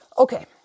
Okay